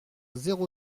zéro